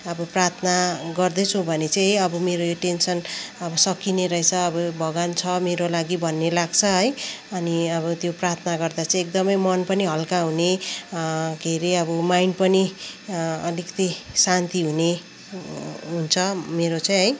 अब प्रार्थना गर्दैछु भने चाहिँ अब मेरो यो टेन्सन अब सकिने रहेछ अब भगवान् छ मेरो लागि भन्ने लाग्छ है अनि अब त्यो प्रार्थना गर्दा चाहिँ एकदमै मन पनि हल्का हुने के अरे अब माइन्ड पनि अलिकति शान्ति हुने हुन्छ मेरो चाहिँ है